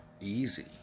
Easy